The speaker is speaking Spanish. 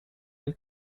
del